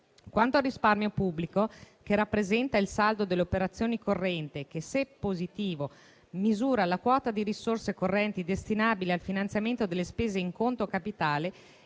Quanto al risparmio pubblico, che rappresenta il saldo delle operazioni correnti e che, se positivo, misura la quota di risorse correnti destinabile al finanziamento delle spese in conto capitale,